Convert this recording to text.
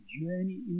journey